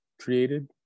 created